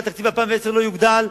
ואם התקציב ל-2010 לא יוגדל,